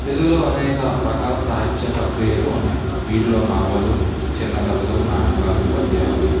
తెలుగులో అనేక రకాల సాహిత్య ప్రక్రియలు ఉన్నాయి వీటిలో నవలలు చిన్న కథలు నాటకాలు పద్యాలు ఉన్నాయి